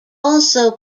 also